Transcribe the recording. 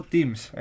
Teams